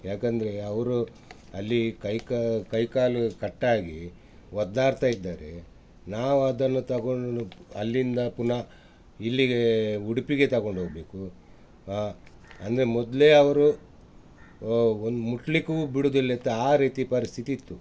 ಏಕಂದ್ರೆ ಅವರು ಅಲ್ಲಿ ಕೈ ಕಾ ಕೈ ಕಾಲು ಕಟ್ಟಾಗಿ ಒದ್ದಾಡ್ತಾ ಇದ್ದಾರೆ ನಾವು ಅದನ್ನು ತೊಗೊಂಡು ಅಲ್ಲಿಂದ ಪುನಃ ಇಲ್ಲಿಗೆ ಉಡುಪಿಗೆ ತಗೊಂಡು ಹೋಗಬೇಕು ಹಾಂ ಅಂದರೆ ಮೊದಲೇ ಅವರು ಒಂದು ಮುಟ್ಟಲಿಕ್ಕೂ ಬಿಡುದಿಲ್ಲಿತ್ ಆ ರೀತಿ ಪರಿಸ್ಥಿತಿ ಇತ್ತು